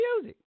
music